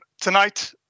Tonight